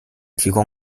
提供